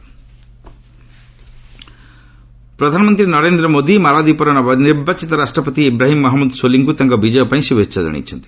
PM ମାଲଦ୍ୱୀପ ପ୍ରଧାନମନ୍ତ୍ରୀ ନରେନ୍ଦ୍ର ମୋଦି ମାଲଦ୍ୱୀପ୍ର ନବ ନିର୍ବାଚିତ ରାଷ୍ଟ୍ରପତି ଇବ୍ରାହିମ୍ ମହମ୍ମଦ ସୋଲିଙ୍କୁ ତାଙ୍କ ବିଜୟ ପାଇଁ ଶୁଭେଚ୍ଛା ଜଣାଇଛନ୍ତି